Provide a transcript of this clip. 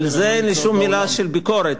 על זה אין לי שום מלה של ביקורת,